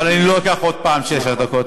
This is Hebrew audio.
אבל אני לא אקח עוד פעם עשר דקות.